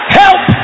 help